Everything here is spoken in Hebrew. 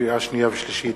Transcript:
לקריאה שנייה ולקריאה שלישית,